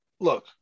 Look